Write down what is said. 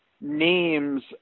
names